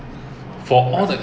so it's ridiculous